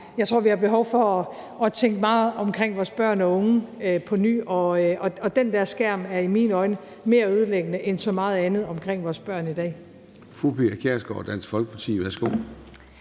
jeg tror, vi har behov for at nytænke meget af det omkring vores børn af unge, og den der skærm er i mine øjne mere ødelæggende end så meget andet omkring vores børn i dag.